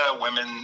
women